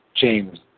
James